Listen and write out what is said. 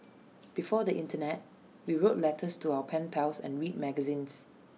before the Internet we wrote letters to our pen pals and read magazines